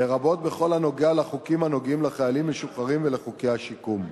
לרבות בכל הנוגע לחוקים הנוגעים לחיילים משוחררים ולחוקי השיקום.